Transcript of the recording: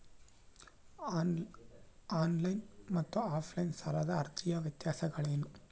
On line ಮತ್ತು offline ಸಾಲದ ಅರ್ಜಿಯ ವ್ಯತ್ಯಾಸಗಳೇನು?